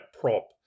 prop